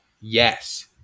yes